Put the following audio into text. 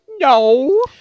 no